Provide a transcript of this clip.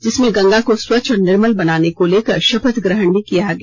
जिसमें गंगा को स्वच्छ और निर्मल बनाने को लेकर शपथ ग्रहण भी किया गया